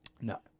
No